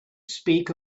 speak